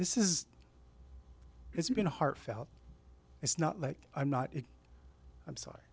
this is it's been a heartfelt it's not like i'm not it i'm sorry